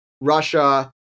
Russia